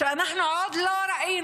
שאנחנו עוד לא ראינו,